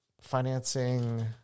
financing